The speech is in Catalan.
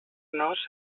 nos